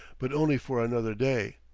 but only for another day,